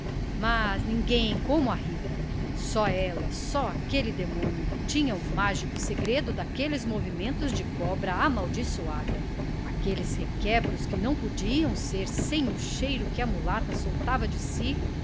mas ninguém como a rita só ela só aquele demônio tinha o mágico segredo daqueles movimentos de cobra amaldiçoada aqueles requebros que não podiam ser sem o cheiro que a mulata soltava de si